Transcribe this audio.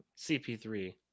CP3